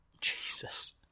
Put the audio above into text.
Jesus